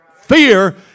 fear